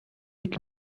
dick